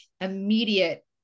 immediate